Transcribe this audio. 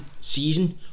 season